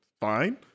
fine